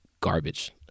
garbage